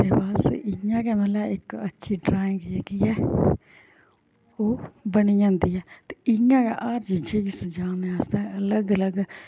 ते बस इ'यां गै मतलब इक अच्छी ड्रांइग जेह्की ऐ ओह् बनी जंदी ऐ इ'यां ते इ'यां गै हर चीजें गी सजाने आस्तै अलग अलग